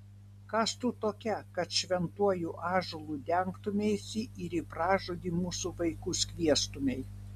kas tu tokia kad šventuoju ąžuolu dengtumeisi ir į pražūtį mūsų vaikus kviestumei